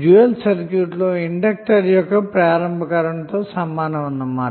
dual సర్క్యూట్లో inductor యొక్క ప్రారంభ కరెంటు అన్న మాట